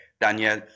Daniel